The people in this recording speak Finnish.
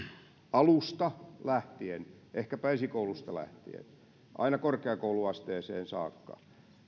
alusta lähtien ehkäpä esikoulusta lähtien aina korkeakouluasteeseen saakka